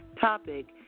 topic